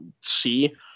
see